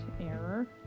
error